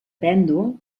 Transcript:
pèndol